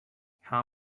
how